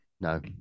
No